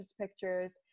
pictures